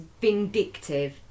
vindictive